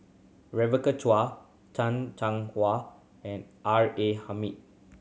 Rebecca Chua Chan Chang How and R A Hamid